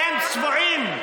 אתם צבועים.